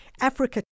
Africa